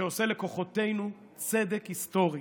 שעושה לכוחותינו צדק היסטורי.